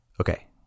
Okay